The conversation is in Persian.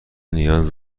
نیاز